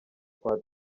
kwa